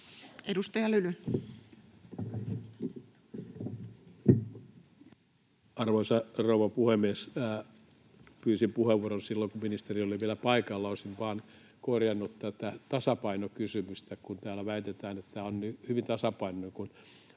Edustaja Lyly. Arvoisa rouva puhemies! Pyysin puheenvuoron silloin, kun ministeri oli vielä paikalla. Olisin vain korjannut tätä tasapainokysymystä, kun täällä väitetään, että tämä on hyvin tasapainoinen.